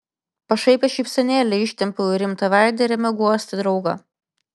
pašaipią šypsenėlę ištempiau į rimtą veidą ir ėmiau guosti draugą